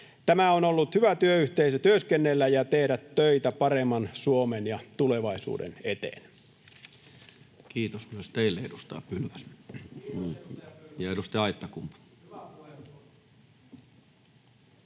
Tämä on ollut hyvä työyhteisö työskennellä ja tehdä töitä paremman Suomen ja tulevaisuuden eteen. [Tuomas Kettunen: Kiitos, edustaja Pylväs! Hyvä puheenvuoro!]